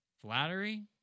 Flattery